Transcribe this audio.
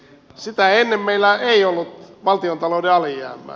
sitä ennen meillä ei ollut valtiontalouden alijäämää